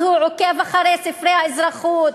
אז הוא עוקב אחרי ספרי האזרחות,